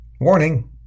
Warning